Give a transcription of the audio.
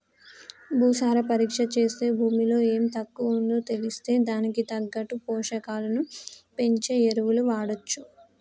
భూసార పరీక్ష చేస్తే భూమిలో ఎం తక్కువుందో తెలిస్తే దానికి తగ్గట్టు పోషకాలను పెంచే ఎరువులు వాడొచ్చు